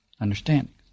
understanding